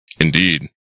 Indeed